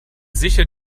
sicher